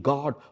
God